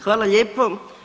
Hvala lijepo.